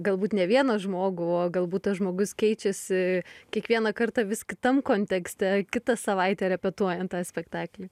galbūt ne vieną žmogų o galbūt tas žmogus keičiasi kiekvieną kartą vis kitam kontekste kitą savaitę repetuojant tą spektaklį